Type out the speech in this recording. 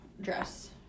dress